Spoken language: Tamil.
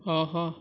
ஆஹா